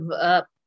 up